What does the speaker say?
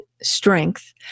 strength